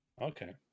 Okay